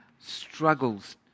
struggles